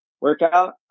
workout